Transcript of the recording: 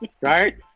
Right